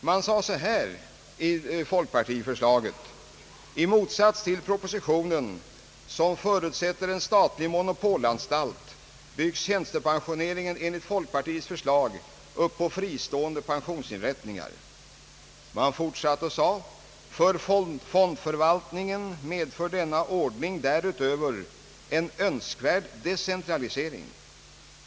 Man sade så här i folkpartiförslaget: »I motsats till propositionen som förutsätter en statlig monopolanstalt byggs tjänstepensioneringen enligt folkpartiets förslag upp på fristående pensionsinrättningar.» Man fortsatte: »För fondförvaltningen medför denna ordning därutöver en önskvärd decentralisering.